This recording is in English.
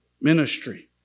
ministry